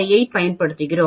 58 பயன்படுத்துகிறோம்